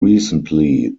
recently